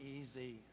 easy